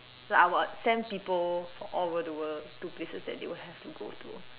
like I would send people for all over the world to places that they will have to go to